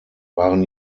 waren